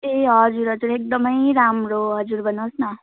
ए हजुर हजुर एकदमै राम्रो हजुर भन्नुहोस् न